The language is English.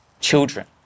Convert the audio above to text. children